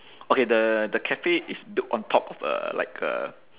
okay the the cafe is built on top of a like a